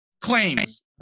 Claims